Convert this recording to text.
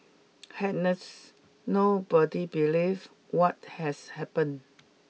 hence nobody believe what has happened